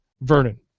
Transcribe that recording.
Vernon